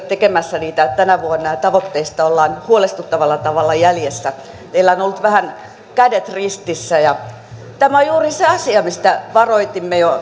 tekemässä niitä tänä vuonna ja tavoitteista ollaan huolestuttavalla tavalla jäljessä teillä on ollut vähän kädet ristissä ja tämä on juuri se asia mistä varoitimme jo